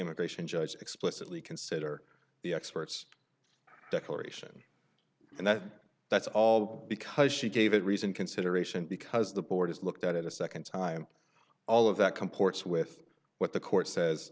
immigration judge explicitly consider the experts declaration and that that's all because she gave it reason consideration because the board has looked at it a nd time all of that comports with what the court says